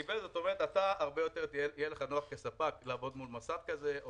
יהיה לך נוח כספק לעבוד מול מוסד כזה.